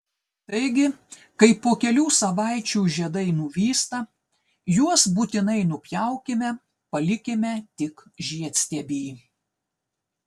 taigi kai po kelių savaičių žiedai nuvysta juos būtinai nupjaukime palikime tik žiedstiebį